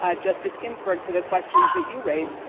ah justice ginsburg, to the questions that you raised,